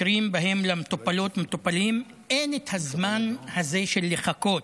מקרים שבהם למטופלות ולמטופלים אין את הזמן הזה לחכות.